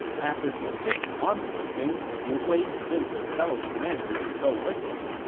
after sufficient arm-twisting, liu gui convinced his fellow commanders to go with him.